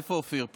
איפה אופיר?